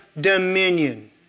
dominion